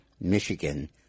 Michigan